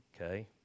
okay